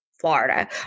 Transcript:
Florida